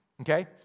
okay